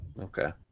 Okay